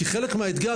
כי חלק מהאתגר,